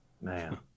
Man